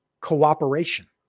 cooperation